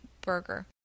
burger